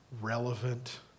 relevant